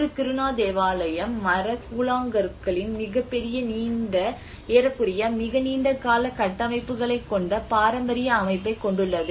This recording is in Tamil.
ஒரு கிருணா தேவாலயம் மரக் கூழாங்கற்களின் மிகப் பெரிய நீண்ட ஏறக்குறைய மிக நீண்ட கால கட்டமைப்புகளைக் கொண்ட பாரம்பரிய அமைப்பைக் கொண்டுள்ளது